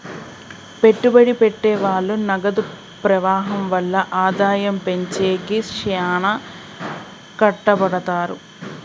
పెట్టుబడి పెట్టె వాళ్ళు నగదు ప్రవాహం వల్ల ఆదాయం పెంచేకి శ్యానా కట్టపడతారు